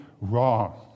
wrong